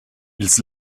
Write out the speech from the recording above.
ils